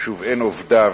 שוב אין עובדיו